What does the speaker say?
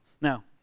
Now